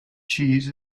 cheese